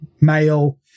male